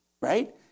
right